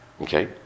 Okay